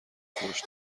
فحش